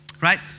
Right